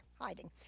hiding